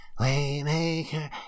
Waymaker